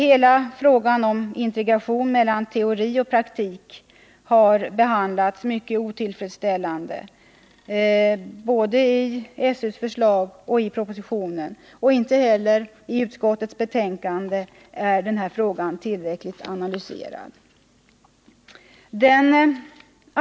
Hela frågan om integration mellan teori och praktik har behandlats otillfredsställande både i SÖ:s förslag och i propositionen. Inte heller i utskottets betänkande är denna fråga tillräckligt analyserad.